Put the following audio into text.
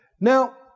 Now